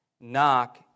Knock